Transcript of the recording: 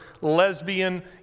lesbian